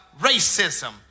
racism